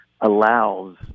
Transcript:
allows